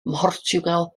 mhortiwgal